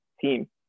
team